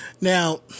now